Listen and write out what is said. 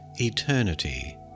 Eternity